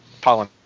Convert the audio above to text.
pollen